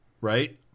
right